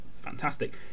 fantastic